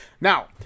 Now